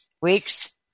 weeks